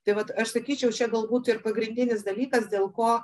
tai vat aš sakyčiau čia galbūt ir pagrindinis dalykas dėl ko